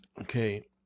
Okay